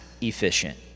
efficient